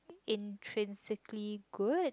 intrinsically good